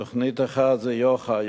תוכנית אחת זה יוח"א,